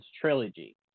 trilogy